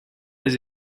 les